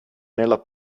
nella